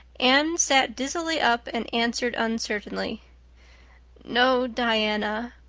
anne sat dizzily up and answered uncertainly no, diana,